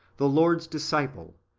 the lord's disciple,